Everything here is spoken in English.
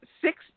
six